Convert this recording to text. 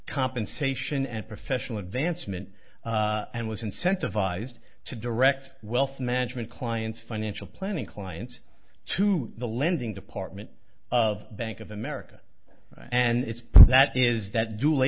compensation and professional advancement and was incentivized to direct wealth management clients financial planning clients to the lending department of bank of america and it's that is that dual